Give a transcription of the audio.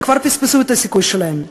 הם כבר פספסו את הסיכוי שלהם.